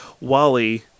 Wally